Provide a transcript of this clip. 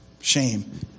Shame